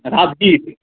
Rajgir